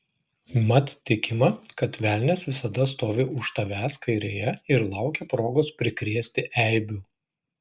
mat tikima kad velnias visada stovi už tavęs kairėje ir laukia progos prikrėsti eibių